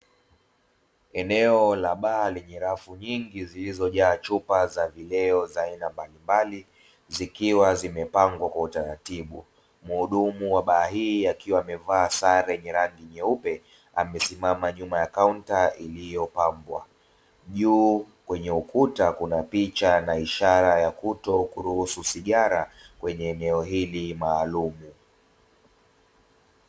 Eneo la baa lenye rafu nyingi zilizojaa chupa za vileo za aina mbalimbali, zikiwa zimepangwa kwa utaratibu. Muhudumu wa baa hii akiwa amevaa sare yenye rangi nyeupe, akisimama nyuma ya kaunta iliyopambwa. Juu kwenye ukuta, kuna picha na ishara ya kutokuruhusu sigara kwenye eneo hili maalumu.